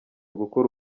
gukora